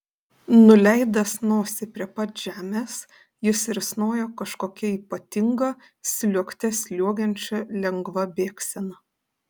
nuleidęs nosį prie pat žemės jis risnojo kažkokia ypatinga sliuogte sliuogiančia lengva bėgsena